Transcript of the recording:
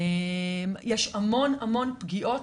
יש המון המון פגיעות.